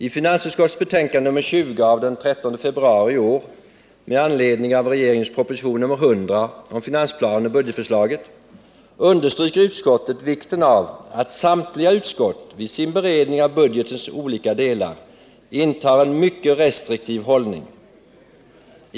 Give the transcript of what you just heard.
I finansutskottets betänkande nr 20 av den 13 februari i år med anledning av regeringens proposition nr 100 om finansplanen och budgetförslaget understryker utskottet vikten av att samtliga utskott vid sin beredning av budgetens olika delar intar en mycket restriktiv hållning.